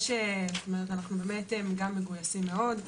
אנחנו גם מגויסים מאוד,